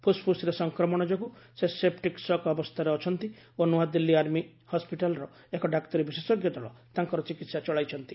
ଫୁସ୍ଫୁସ୍ରେ ସଂକ୍ରମଣ ଯୋଗୁଁ ସେ ସେପ୍ଟିକ୍ ସକ୍ ଅବସ୍ଥାରେ ଅଛନ୍ତି ଓ ନୂଆଦିଲ୍ଲୀ ଆର୍ମି ହସ୍କିଟାଲର ଏକ ଡାକ୍ତରୀ ବିଶେଷଜ୍ଞ ଦଳ ତାଙ୍କର ଚିକିତ୍ସା ଚଳାଇଛନ୍ତି